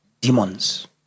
demons